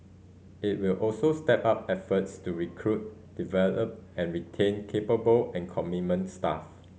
it will also step up efforts to recruit develop and retain capable and commitment staff